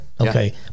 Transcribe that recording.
Okay